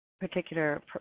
particular